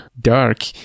Dark